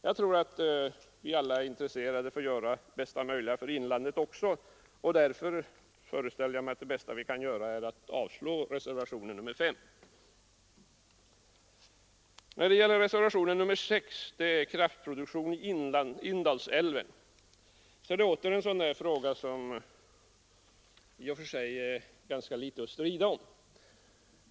Jag tror att vi alla är intresserade av att göra det bästa möjliga för inlandet också, och därför föreställer jag mig att det bästa vi kan göra är att avslå reservationen 5. Reservationen 6, om kraftproduktion i Indalsälven, gäller också en fråga där det är ganska litet att strida om.